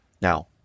Now